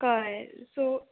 कळ्ळें सो